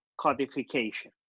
codification